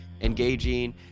engaging